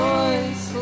Boys